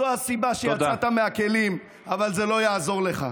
זו הסיבה שיצאת מהכלים, אבל זה לא יעזור לך.